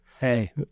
Hey